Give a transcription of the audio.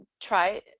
try